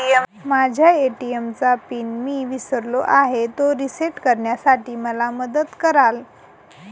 माझ्या ए.टी.एम चा पिन मी विसरलो आहे, तो रिसेट करण्यासाठी मला मदत कराल?